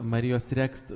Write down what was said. marijos rekst